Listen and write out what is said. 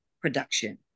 production